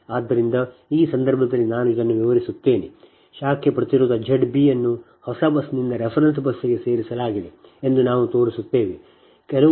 ಆದ್ದರಿಂದ ಈ ಸಂದರ್ಭದಲ್ಲಿ ನಾನು ಅದನ್ನು ವಿವರಿಸುತ್ತೇನೆ ಶಾಖೆ ಪ್ರತಿರೋಧ Z b ಅನ್ನು ಹೊಸ ಬಸ್ನಿಂದ ರೆಫರೆನ್ಸ್ ಬಸ್ಗೆ ಸೇರಿಸಲಾಗಿದೆ ಎಂದು ನಾವು ತೋರಿಸುತ್ತೇವೆ